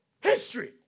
history